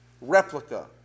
replica